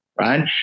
right